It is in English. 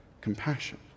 compassion